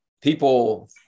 people